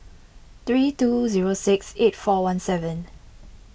three two zero six eight four one seven